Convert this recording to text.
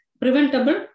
preventable